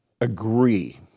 agree